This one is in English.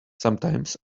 sometimes